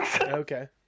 okay